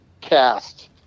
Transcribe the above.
cast